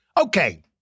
Okay